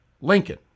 Lincoln*